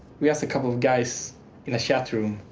we're just a couple of guys in a chat room.